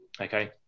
okay